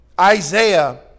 Isaiah